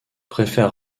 préfère